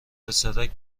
پسرک